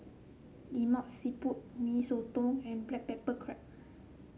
Lemak Siput Mee Soto and Black Pepper Crab